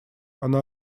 она